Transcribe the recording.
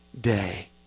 day